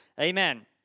Amen